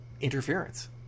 interference